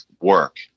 work